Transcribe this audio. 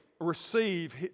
receive